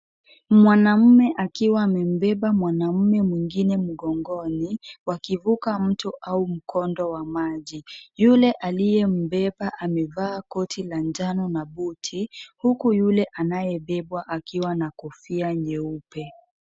Mwanaume akiwa amembeba mwanaume mwingine mgongoni, wakivuka mto au mkondo wa maji yule aliye mbeba amevaa koti la njano na buti huku yule anayebebwa akiwa na kofia nyeupe.